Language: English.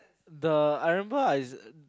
the I remember I